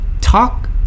talk